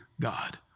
God